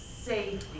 safety